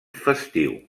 festiu